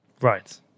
Right